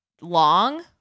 long